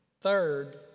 Third